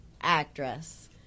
actress